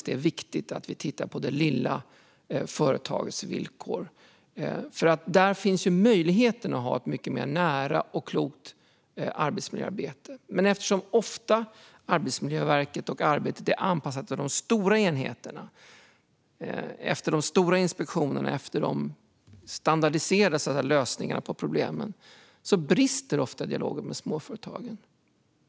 Det är viktigt att vi tittar på det lilla företagets villkor. Där finns möjligheten att ha ett mycket mer nära och klokt arbetsmiljöarbete. Men eftersom Arbetsmiljöverket och arbetet ofta är anpassat efter de stora enheterna, de stora inspektionerna och de standardiserade lösningarna på problemen brister ofta dialogen med småföretagen.